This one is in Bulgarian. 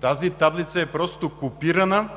Тази таблица е просто копирана